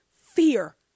fear